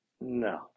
No